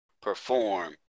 perform